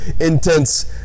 intense